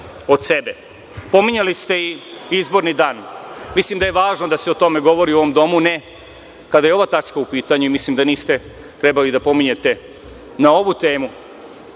od sebe. Pominjali ste i izborni dan. Mislim da je važno da se o tome govori u ovom domu, ne kada je ova tačka u pitanju i mislim da niste trebali da pominjete na ovu temu